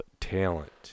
talent